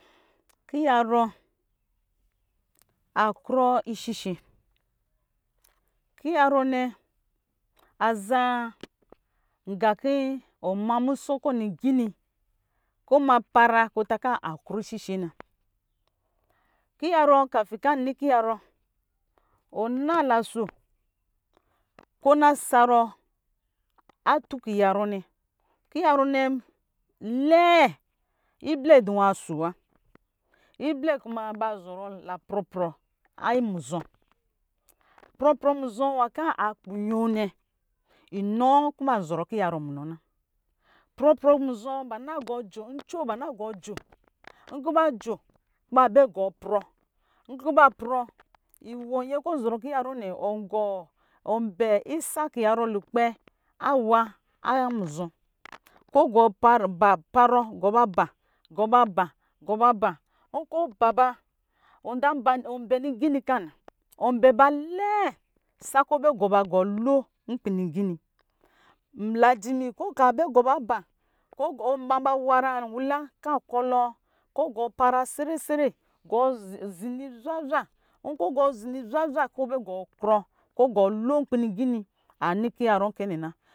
Kiyarɔ akrɔ ishish e, kiyarɔ nɛ aza nga kɔ ɔma musɔ kɔ lingini kɔ ɔma para kɔ ɔtakɔ ankrɔ ishishe na, kiyarɔ kafi kɔ anɔ kiyarɔ, wɔnalaso kɔ ɔna sarɔ atu kiyarɔ nɛ kiyarɔ nɛ lɛɛ iblɛ kumɛ ba zɔrɔ la pɔprpɔ amu zɔ pɔprɔ muzɔ nwankɔ a kpunyo nɛ, inɔ wa kɔ baa zɔrɔ kiyarɔ munɔ na pɔrɔ muzɔ nɛ nco ba na gɔɔ jō nkɔ ba jō kɔ ba bɛ gɔɔ prɔ nkɔ ba prɔ iwɔ nyɛ kɔ ɔ ɔɔrɔ kiyarɔ nɛ ɔnbɛ isa kiyarɔ lukpɛ awa amuɔ kɔ a gɔ ba parɔ gɔ ba bā gɔ ba bā gɔ ba bā ɔnza ba ba lingini kaa na ɔa be ba lɛɛ sakɔ bɛ gɔ ba lo nkpi lingini nigimi kɔ ɔka gɔ ba bā kɔ ɔma ba wara nwala kɔ akɔlɔ kɔ ɔgɔɔ para sere sere gɔɔ zi- zini zwazwa nkɔ ɔgɔɔ zini zwazwa kɔ ɔbɛ gɔɔ krɔ kɔ ɔgɔɔ lo nkpi lingini anɔ kiyarɔ kɛ na.